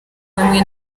hamwe